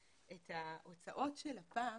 את ההוצאות של לפ"מ